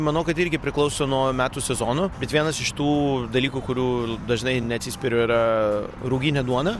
manau kad irgi priklauso nuo metų sezonų bet vienas iš tų dalykų kurių dažnai neatsispiriu yra ruginė duona